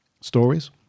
stories